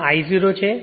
અને આ I0 છે